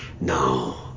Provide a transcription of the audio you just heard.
no